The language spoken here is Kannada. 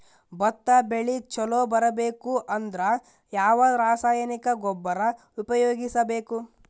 ಭತ್ತ ಬೆಳಿ ಚಲೋ ಬರಬೇಕು ಅಂದ್ರ ಯಾವ ರಾಸಾಯನಿಕ ಗೊಬ್ಬರ ಉಪಯೋಗಿಸ ಬೇಕು?